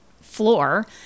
floor